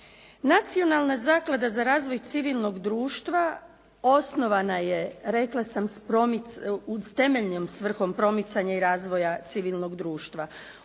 Nacionalna zaklada za razvoj civilnog društva osnovana je rekla sam s temeljnom svrhom promicanja i razvoja civilnog društva.